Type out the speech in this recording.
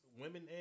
Women